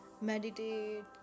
Meditate